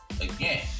again